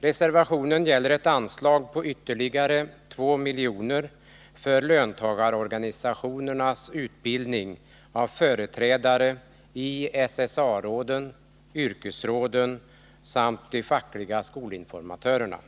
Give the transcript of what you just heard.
Reservationen gäller ett anslag på ytterligare 2 miljoner för löntagarorganisationernas utbildning av företrädare i SSA-rådet, yrkesråden samt de fackliga skolinformatörerna.